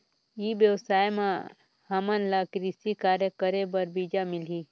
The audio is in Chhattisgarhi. ई व्यवसाय म हामन ला कृषि कार्य करे बर बीजा मिलही?